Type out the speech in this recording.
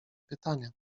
pytania